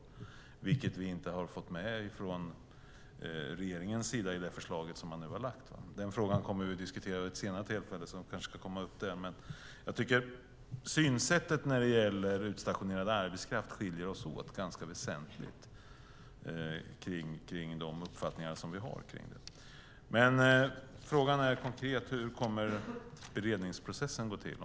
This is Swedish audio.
Men det har vi inte fått med från regeringens sida i det förslag som man nu har lagt fram. Den frågan kommer vi att diskutera vid ett senare tillfälle, så det kanske kommer upp där. Jag tycker dock att synsättet när det gäller utstationerad arbetskraft skiljer oss åt ganska väsentligt. Den konkreta frågan är: Hur kommer beredningsprocessen att gå till?